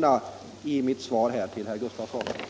det i mitt svar till herr Gustafsson kan användas till förmån för folkpartireservationerna.